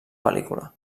pel·lícula